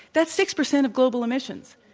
that's six percent of global emissions.